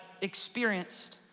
experienced